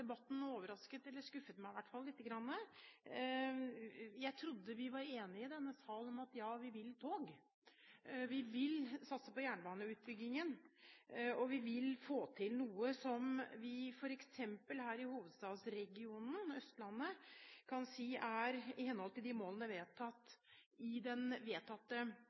debatten overrasket – eller i hvert fall skuffet – meg lite grann. Jeg trodde vi i denne sal var enige om at vi vil tog. Vi vil satse på jernbaneutbygging. Vi vil få til noe som f.eks. vi her i hovedstadsregionen, Østlandet, kan si er i henhold til målene i den vedtatte